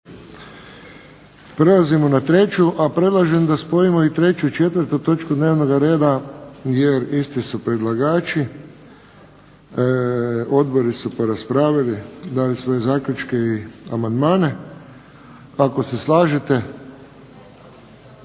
Prelazimo na 3. a predlažem da spojimo i 3. i 4. točku dnevnog reda, isti su predlagači, odbori su raspravili, dali svoje zaključke i amandmane, ako se slažete?